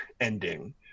ending